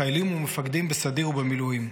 חיילים ומפקדים בסדיר ובמילואים,